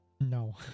No